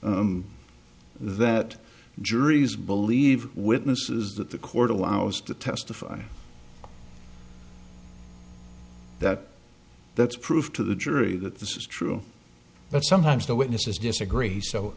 is that juries believe witnesses that the court allows to testify that that's proof to the jury that this is true but sometimes the witnesses disagree so